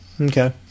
Okay